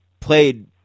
played